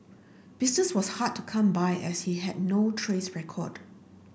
business was hard to come by as he had no trace record